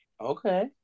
Okay